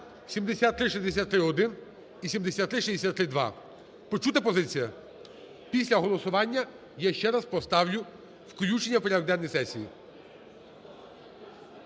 7363-1 і 7363-2. Почута позиція? Після голосування я ще раз поставлю включення в порядок денний сесії.